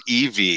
EV